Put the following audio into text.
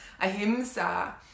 Ahimsa